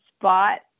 spot